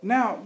Now